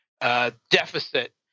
deficit